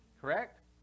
Correct